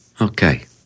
Okay